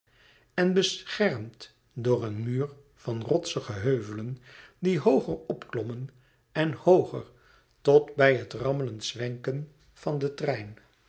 en beschermd door een muur van rotsige heuvelen die hooger opklommen en hooger tot bij het rammelend zwenken van den trein